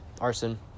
arson